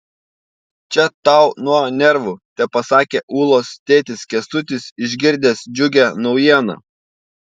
čia tau nuo nervų tepasakė ulos tėtis kęstutis išgirdęs džiugią naujieną